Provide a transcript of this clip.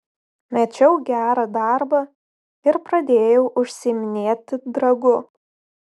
mečiau gerą darbą ir pradėjau užsiiminėti dragu